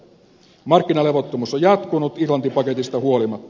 markkinalevottomuus on jatkunut irlanti paketista huolimatta